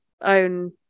own